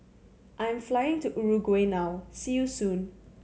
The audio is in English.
I'm flying to Uruguay now see you soon